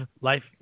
life